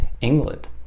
England